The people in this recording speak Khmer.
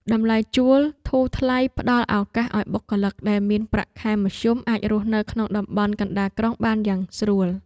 តម្លៃជួលធូរថ្លៃផ្ដល់ឱកាសឱ្យបុគ្គលិកដែលមានប្រាក់ខែមធ្យមអាចរស់នៅក្នុងតំបន់កណ្ដាលក្រុងបានយ៉ាងស្រួល។